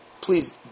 please